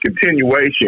continuation